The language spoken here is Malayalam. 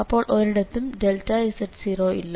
ഇപ്പോൾ ഒരിടത്തും z0 ഇല്ല